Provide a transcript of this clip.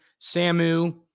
Samu